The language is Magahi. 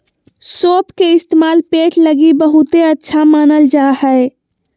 सौंफ के इस्तेमाल पेट लगी बहुते अच्छा मानल जा हय